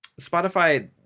Spotify